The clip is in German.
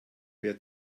wer